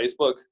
Facebook